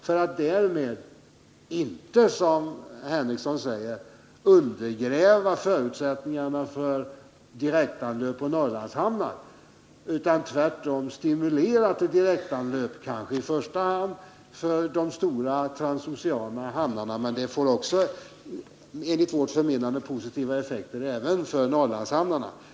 Avsikten med detta är inte, som Sven Henricsson säger, att undergräva förutsättningarna för direktanlöp till Norrlandshamnarna, utan tvärtom att stimulera till direktanlöp. Förslaget får positiva effekter kanske i första hand när det gäller de stora transoceana hamnarna, men det är enligt mitt förmenande positivt även för Norrlandshamnarna.